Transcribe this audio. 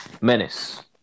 Menace